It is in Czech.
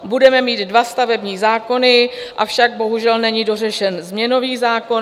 Budeme mít dva stavební zákony, avšak bohužel není dořešen změnový zákon.